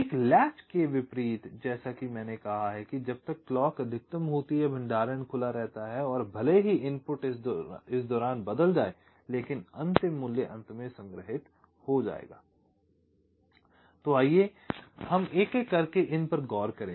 एक लैच के विपरीत जैसा कि मैंने कहा कि जब तक क्लॉक अधिकतम होती है भंडारण खुला रहता है और भले ही इनपुट इस समय के दौरान बदल जाए लेकिन अंतिम मूल्य अंत में संग्रहित हो जाएगा I तो आइए हम एक एक करके इन पर गौर करें